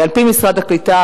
על-פי משרד הקליטה,